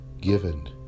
given